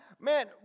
man